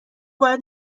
باید